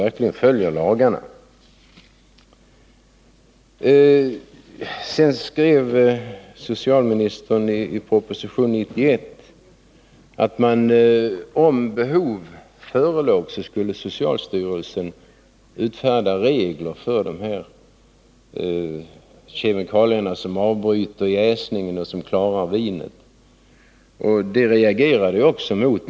I proposition nr 91 skrev socialministern att om behov förelåg skulle socialstyrelsen utfärda regler för användningen av kemikalier som avbryter jäsningen och som klarar vinet. Det reagerade jag också emot.